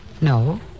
No